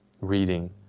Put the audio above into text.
reading